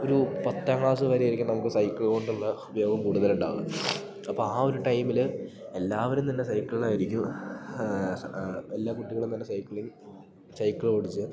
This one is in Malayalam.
ഒരു പത്താം ക്ലാസ് വരെ ആയിരിക്കും നമുക്ക് സൈക്കിള് കൊണ്ടുള്ള ഉപയോഗം കൂടുതല് ഉണ്ടാവുന്നത് അപ്പം ആ ഒരു ടൈമില് എല്ലാവരും തന്നെ സൈക്കിളിലായിരിക്കും എല്ലാ കുട്ടികളും തന്നെ സൈക്കിളിൽ സൈക്കിളോടിച്ച്